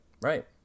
Right